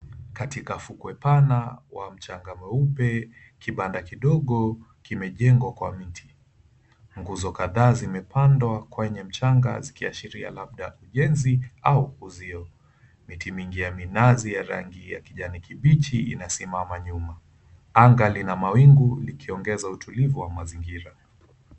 Katika fukwe pana wa mchanga mweupe, kibanda kidogo kimejengwa kwa mti. Nguzo kadhaa zimepandwa kwenye mchanga, zikiashiria labda ujenzi au ukuzio. Miti mingi ya minazi, ya rangi ya kijani kibichi, inasimama nyuma. Anga lina mawingu, likiongeza utulivu wa mazingira.